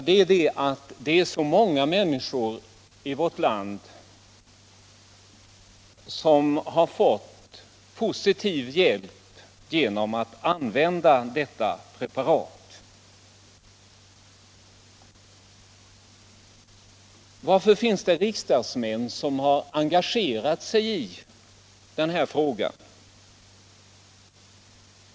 Det är att så många människor i vårt land har fått positiv hjälp genom att använda detta preparat. Varför finns det riksdagsmän som har engagerat sig i denna fråga?